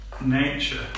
nature